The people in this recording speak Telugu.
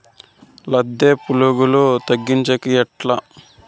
లద్దె పులుగులు తగ్గించేకి ఎట్లా?